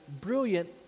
brilliant